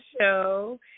show